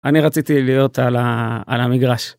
אני רציתי להיות על המגרש.